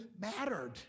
mattered